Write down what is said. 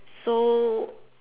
so